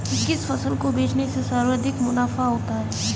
किस फसल को बेचने से सर्वाधिक मुनाफा होता है?